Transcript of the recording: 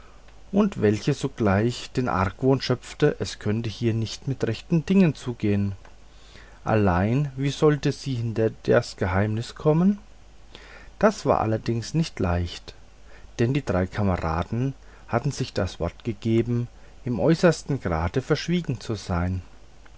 und welche sogleich den argwohn schöpfte es könne hier nicht mit rechten dingen zugehn allein wie sollte sie hinter das geheimnis kommen das war allerdings nicht leicht denn die drei kameraden hatten sich das wort gegeben im äußersten grade verschwiegen zu sein